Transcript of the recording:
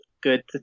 good